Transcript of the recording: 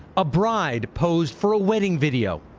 a bride posed for a wedding video.